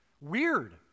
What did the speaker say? weird